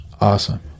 Awesome